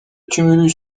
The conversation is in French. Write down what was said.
tumulus